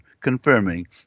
confirming